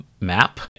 map